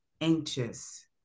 anxious